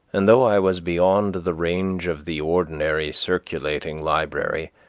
and though i was beyond the range of the ordinary circulating library,